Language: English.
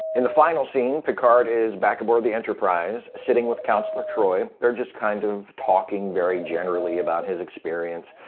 in the final scene, picard is back aboard the enterprise, sitting with counselor troi, they're just kind of talking very generally about his experience.